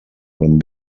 quan